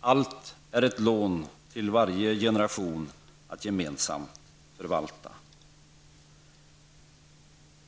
Allt är ett lån till varje generation att gemensamt förvalta.''